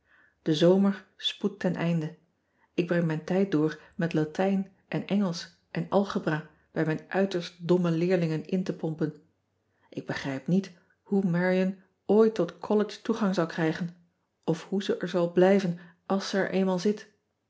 e zomer spoedt ten einde k breng mijn tijd door met atijn en ngelsch en lgebra bij mijn uiterst domme leerlingen in te pompen k begrijp niet hoe arion ooit tot ollege toegang zal krijgen of hoe ze er zal blijven als ze er eenmaal zit